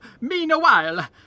meanwhile